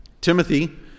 Timothy